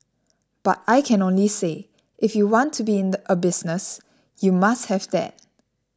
but I can only say if you want to be in a business you must have that